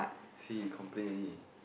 see you complain only